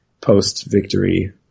post-victory